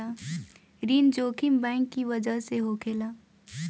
ऋण जोखिम बैंक की बजह से होखेला